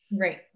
Right